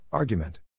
Argument